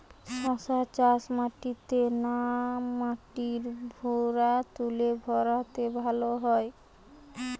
শশা চাষ মাটিতে না মাটির ভুরাতুলে ভেরাতে ভালো হয়?